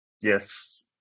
Yes